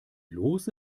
los